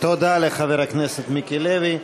תודה לחבר הכנסת מיקי לוי.